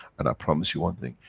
and i promise you one thing,